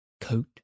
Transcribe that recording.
coat